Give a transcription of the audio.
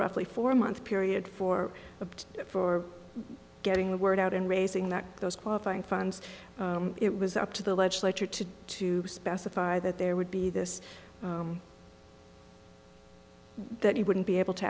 roughly four month period for but for getting the word out and raising that those qualifying funds it was up to the legislature to to specify that there would be this that he wouldn't be able to